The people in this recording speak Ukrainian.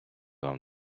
вам